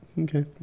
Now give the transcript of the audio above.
okay